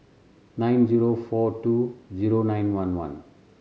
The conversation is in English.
nine zero four two zero nine one one